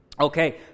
Okay